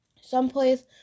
Someplace